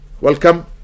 welcome